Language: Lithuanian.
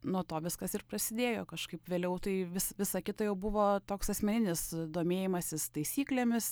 nuo to viskas ir prasidėjo kažkaip vėliau tai vis visa kita jau buvo toks asmeninis domėjimasis taisyklėmis